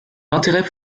l’intérêt